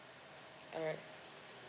alright